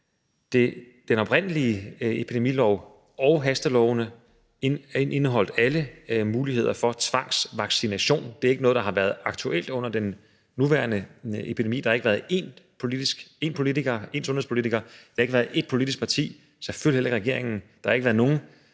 den oprindelige epidemilov og hastelovene indeholdt muligheder for tvangsvaccination. Det er ikke noget, der har været aktuelt under den nuværende epidemi. Der har ikke været én sundhedspolitiker, ét politisk parti og selvfølgelig heller ikke regeringen eller nogen